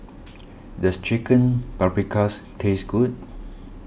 does Chicken Paprikas taste good